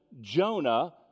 Jonah